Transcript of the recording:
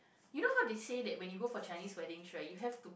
you know how they say that when you go for Chinese weddings right you have to